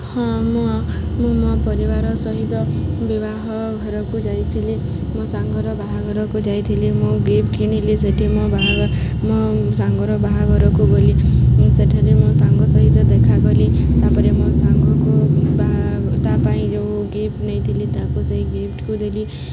ହଁ ମୁଁ ମୁଁ ମୋ ପରିବାର ସହିତ ବିବାହ ଘରକୁ ଯାଇଥିଲି ମୋ ସାଙ୍ଗର ବାହାଘରକୁ ଯାଇଥିଲି ମୁଁ ଗିଫ୍ଟ କିଣିଲି ସେଇଠି ମୋ ମୋ ସାଙ୍ଗର ବାହାଘରକୁ ଗଲି ସେଠାରେ ମୋ ସାଙ୍ଗ ସହିତ ଦେଖାକଲି ତା'ପରେ ମୋ ସାଙ୍ଗକୁ ତା ପାଇଁ ଯେଉଁ ଗିଫ୍ଟ ନେଇଥିଲି ତାକୁ ସେହି ଗିଫ୍ଟକୁ ଦେଲି